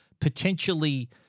potentially